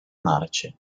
marce